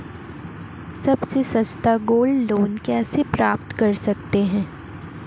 सबसे सस्ता gold loan कैसे प्राप्त कर सकते हैं?